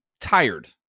tired